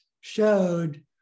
showed